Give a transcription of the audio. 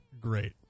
Great